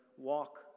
walk